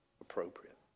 appropriate